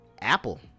Apple